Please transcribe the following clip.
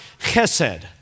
chesed